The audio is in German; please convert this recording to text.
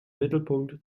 mittelpunkt